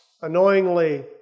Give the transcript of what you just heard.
annoyingly